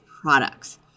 products